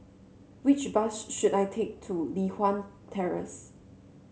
which bus should I take to Li Hwan Terrace